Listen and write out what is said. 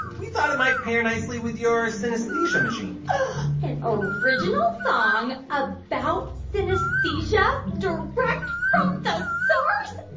we thought it might pair nicely with your synesthesia machine an original song about synesthesia, direct from the source?